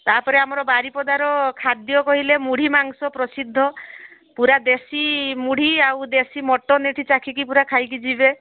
ତା'ପରେ ଆମର ବାରିପଦାର ଖାଦ୍ୟ କହିଲେ ମୁଢ଼ି ମାଂସ ପ୍ରସିଦ୍ଧ ପୁରା ଦେଶୀ ମୁଢ଼ି ଆଉ ଦେଶୀ ମଟନ୍ ଏଠି ପୁରା ଚାଖିକି ଖାଇକି ଯିବେ